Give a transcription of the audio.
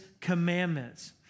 commandments